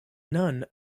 none